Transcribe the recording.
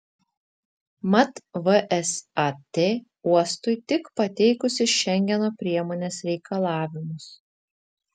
mat vsat uostui tik pateikusi šengeno priemonės reikalavimus